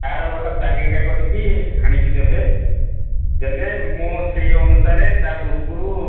ତାର ଗୋଟେ ତାଲିକା କରିକି ଆଣିକି ଦେବେ ଦେଲେ ମୁଁ ସେଇ ଅନୁସାରେ ତା ପୂର୍ବରୁ